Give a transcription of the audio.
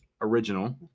Original